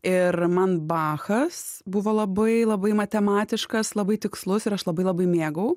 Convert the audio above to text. ir man bachas buvo labai labai matematiškas labai tikslus ir aš labai labai mėgau